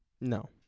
no